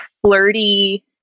flirty